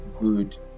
good